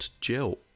gel